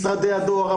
את משרד הדואר,